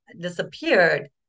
disappeared